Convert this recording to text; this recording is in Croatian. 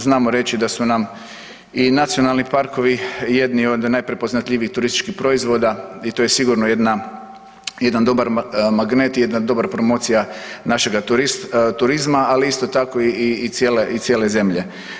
Znamo reći da su nam i nacionalni parkovi jedni od najprepoznatljivijih turističkih proizvoda i to je sigurno jedan dobar magnet i jedna dobra promocija našega turizma, ali isto tako i cijele zemlje.